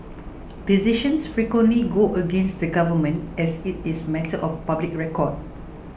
decisions frequently go against the government as it is matter of public record